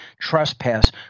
trespass